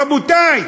רבותי,